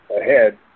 ahead